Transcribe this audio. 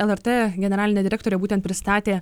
lrt generalinė direktorė būtent pristatė